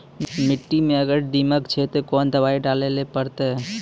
मिट्टी मे अगर दीमक छै ते कोंन दवाई डाले ले परतय?